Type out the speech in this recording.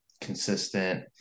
consistent